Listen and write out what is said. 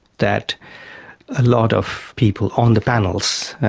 that a lot of people on the panels,